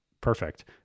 perfect